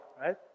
right